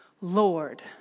Lord